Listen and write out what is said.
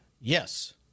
Yes